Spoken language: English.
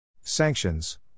Sanctions